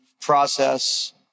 process